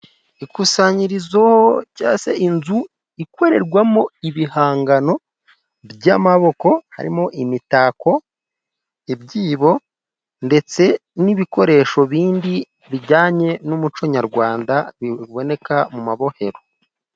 Ikusanyirizo cyangwa se inzu ikorerwamo ibihangano by'amaboko harimo: imitako, ibyibo ndetse n'ibikoresho bindi bijyanye n'umuco nyarwanda biboneka mu mabohero.